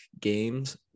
games